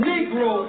Negro